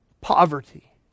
poverty